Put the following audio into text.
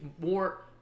more